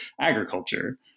agriculture